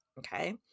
Okay